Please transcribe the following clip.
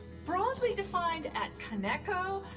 broadly defined, at connecco,